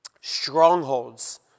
strongholds